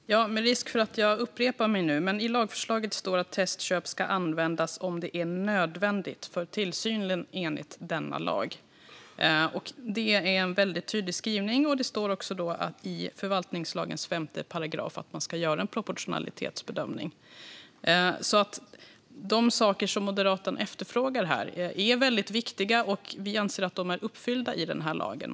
Fru talman! Med risk för att jag upprepar mig: I lagförslaget står det att testköp ska användas om det är nödvändigt för tillsynen enligt denna lag. Det är en tydlig skrivning. Det står också i förvaltningslagen 5 § att man ska göra en proportionalitetsbedömning. Nya befogenheter på konsumentskydds-området De saker som moderaten efterfrågar här är viktiga, och vi anser att kriterierna är uppfyllda i lagen.